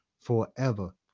forever